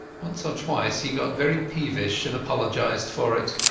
once or twice he got very peevish, and apologized for it.